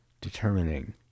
determining